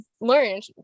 learned